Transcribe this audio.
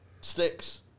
sticks